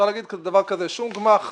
שום גמ"ח